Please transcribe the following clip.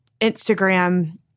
Instagram